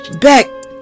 back